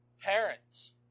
Parents